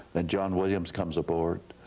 ah john williams comes aboard,